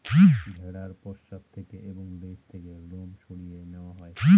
ভেড়ার পশ্চাৎ থেকে এবং লেজ থেকে লোম সরিয়ে নেওয়া হয়